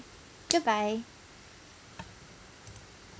goodbye